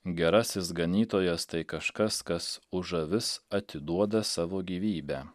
gerasis ganytojas tai kažkas kas už avis atiduoda savo gyvybę